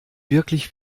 wirklich